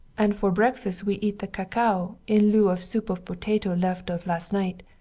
and for breakfast we eat the cacao in lieu of soup of potato left of last night.